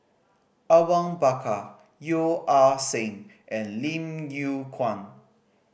Awang Bakar Yeo Ah Seng and Lim Yew Kuan